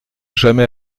jamais